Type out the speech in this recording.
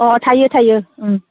अ थायो थायो